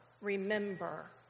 remember